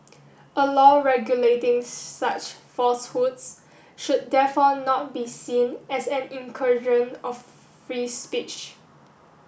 a law regulating such falsehoods should therefore not be seen as an incursion of free speech